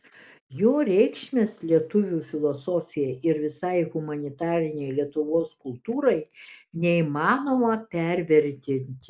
jo reikšmės lietuvių filosofijai ir visai humanitarinei lietuvos kultūrai neįmanoma pervertinti